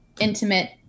intimate